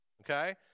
okay